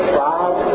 five